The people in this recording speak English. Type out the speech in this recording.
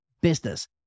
business